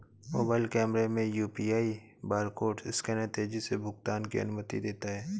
mobile कैमरे में UPI barcode scanner तेजी से भुगतान की अनुमति देता है